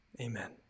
Amen